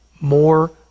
more